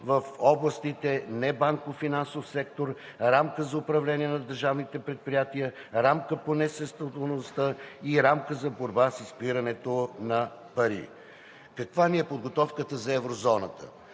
в областите: небанков финансов сектор, рамка за управление на държавните предприятия, рамка по несъстоятелността и рамка за борба с изпирането на пари. Каква ни е подготовката за еврозоната?